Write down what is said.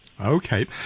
Okay